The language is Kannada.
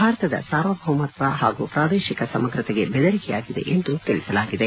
ಭಾರತದ ಸಾರ್ವಭೌಮತ್ವ ಹಾಗೂ ಪ್ರಾದೇಶಿಕ ಸಮಗ್ರತೆಗೆ ಬೆದರಿಕೆಯಾಗಿದೆ ಎಂದು ತಿಳಿಸಲಾಗಿದೆ